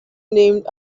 named